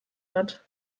hat